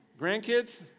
Grandkids